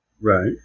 Right